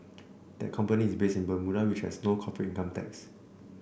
that company is based in Bermuda which has no corporate income tax